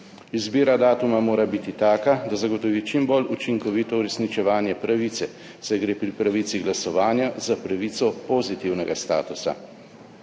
»Izbira datuma mora biti taka, da zagotovi čim bolj učinkovito uresničevanje pravice, saj gre pri pravici glasovanja za pravico pozitivnega statusa.